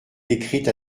écrites